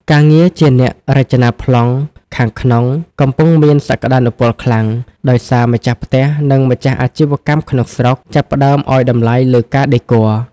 ការងារជាអ្នករចនាប្លង់ខាងក្នុង កំពុងមានសក្ដានុពលខ្លាំង ដោយសារម្ចាស់ផ្ទះ និងម្ចាស់អាជីវកម្មក្នុងស្រុក ចាប់ផ្ដើមឱ្យតម្លៃលើការដេគ័រ។